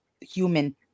human